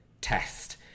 test